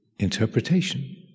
interpretation